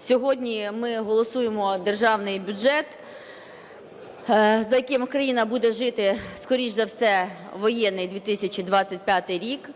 Сьогодні ми голосуємо Державний бюджет, за яким Україна буде жити скоріш за все воєнний 2025 рік.